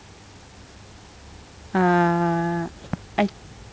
ah